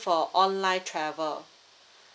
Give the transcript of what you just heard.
for online travel